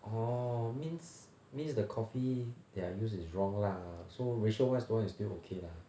oh means means the coffee that I use is wrong lah so ratio one is to one is still okay lah